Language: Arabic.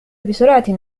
بسرعة